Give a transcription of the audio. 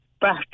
back